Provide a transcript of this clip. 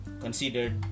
considered